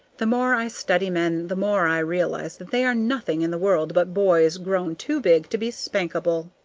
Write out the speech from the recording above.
the more i study men, the more i realize that they are nothing in the world but boys grown too big to be spankable.